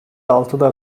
altıda